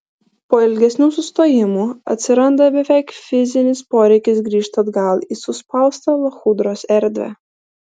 po ilgesnių sustojimų atsiranda beveik fizinis poreikis grįžti atgal į suspaustą lachudros erdvę